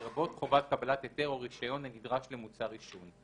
לרבות חובת קבלת היתר או רישיון הנדרש למוצר עישון.